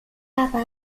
大阪府